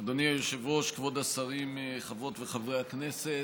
אדוני היושב-ראש, כבוד השרים, חברות וחברי הכנסת,